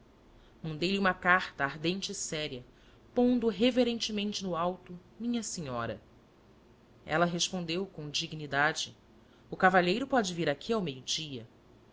velha mandei lhe uma carta ardente e seria pondo reverentemente no alto minha senhora ela respondeu com dignidade o cavalheiro pode vir aqui ao